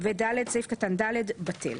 סעיף קטן (ד) בטל,